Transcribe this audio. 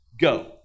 go